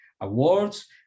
awards